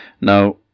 Now